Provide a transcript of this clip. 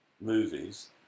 movies